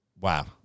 wow